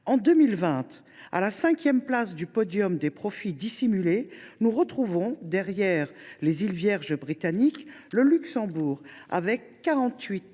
En 2020, à la cinquième place du podium des profits dissimulés, nous retrouvons, derrière les Îles Vierges britanniques, le Luxembourg, avec 48,8 milliards